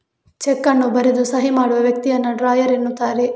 check ಅನ್ನು ಬರೆದು ಸಹಿ ಮಾಡುವ ವ್ಯಕ್ತಿಯನ್ನ ಡ್ರಾಯರ್ ಎನ್ನುತ್ತಾರೆ